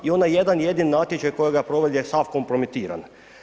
I onaj jedan jedini natječaj kojega provođen je sam kompromitiran.